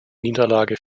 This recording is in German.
niederlage